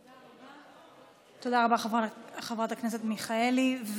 תודה רבה, חברת הכנסת מיכאלי.